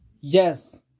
yes